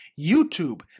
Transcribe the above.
YouTube